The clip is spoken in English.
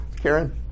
karen